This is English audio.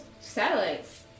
satellites